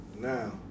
Now